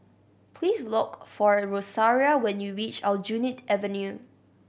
please look for Rosaria when you reach Aljunied Avenue